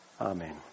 Amen